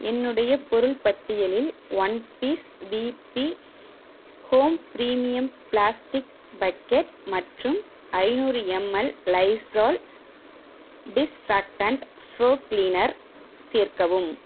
என்னுடைய பொருள் பட்டியலில் one piece BB home premium plastic bucket மற்றும் ஐநூறு ml Lysol disinfectant floor cleaner சேர்க்கவும்